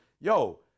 Yo